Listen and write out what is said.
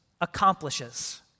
accomplishes